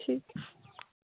ठीक ऐ